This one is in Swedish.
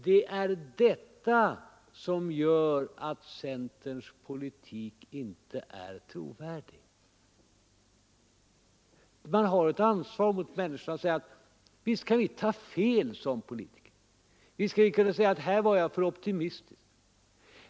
Det är detta som gör att centerns politik inte är trovärdig. Man har alltid ett ansvar mot medborgarna. Man kan säga att visst kan vi ta fel som politiker. Man kan förklara att här var jag för optimistisk.